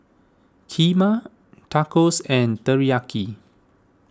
Kheema Tacos and Teriyaki